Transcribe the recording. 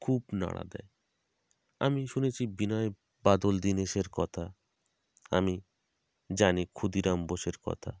খুব নাড়া দেয় আমি শুনেছি বিনয় বাদল দীনেশের কথা আমি জানি ক্ষুদিরাম বসুর কথা